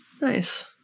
nice